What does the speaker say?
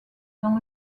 dans